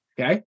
Okay